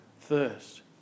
thirst